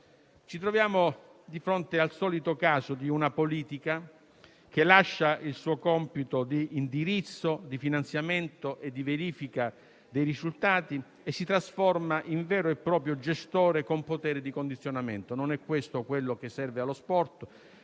Ci troviamo di fronte al solito caso di una politica che lascia il suo compito di indirizzo, di finanziamento e di verifica dei risultati e si trasforma in un vero e proprio gestore con potere di condizionamento. Non è questo che serve allo sport;